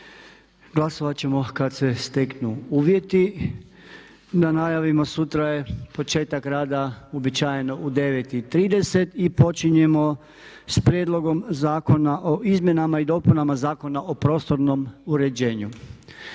Glasovat ćemo kad se steknu uvjeti. Da najavimo, sutra je početak rada uobičajeno u 09.30 i počinjemo s prijedlogom zakona o izmjenama i dopunama Zakona o prostornom uređenju.